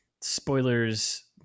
Spoilers